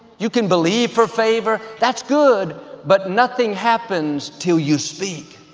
you can believe for favor, that's good, but nothing happens till you speak.